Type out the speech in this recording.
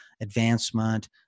advancement